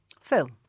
Phil